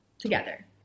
together